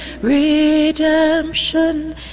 redemption